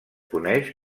coneix